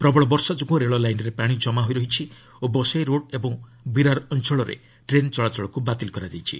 ପ୍ରବଳ ବର୍ଷା ଯୋଗୁଁ ରେଳ ଲାଇନ୍ରେ ପାଣି ଜମା ହୋଇ ରହିଛି ଓ ବସାଇ ରୋଡ ଏବଂ ବିରାର ଅଞ୍ଚଳରେ ଟ୍ରେନ୍ ଚଳାଚଳକୁ ବାତିଲ କରାଯାଇଛି